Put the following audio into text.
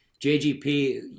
JGP